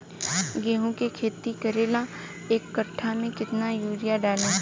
गेहूं के खेती करे ला एक काठा में केतना युरीयाँ डाली?